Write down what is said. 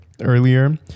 earlier